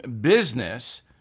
business